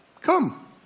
Come